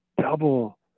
double